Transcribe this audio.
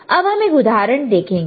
तो अब हम एक उदाहरण देखेंगे